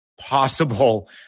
possible